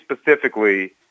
specifically